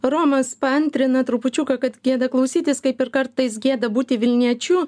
romas paantrina trupučiuką kad gėda klausytis kaip ir kartais gėda būti vilniečiu